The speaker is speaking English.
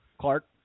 Clark